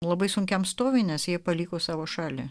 labai sunkiam stovy nes jie paliko savo šalį